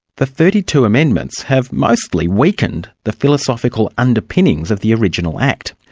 the thirty two amendments have mostly weakened the philosophical underpinnings of the original act.